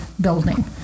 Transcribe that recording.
building